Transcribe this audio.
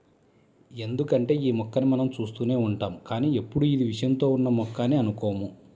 ఎందుకంటే యీ మొక్కని మనం చూస్తూనే ఉంటాం కానీ ఎప్పుడూ ఇది విషంతో ఉన్న మొక్క అని అనుకోము